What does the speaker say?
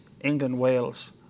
England-Wales